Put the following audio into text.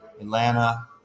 Atlanta